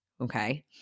okay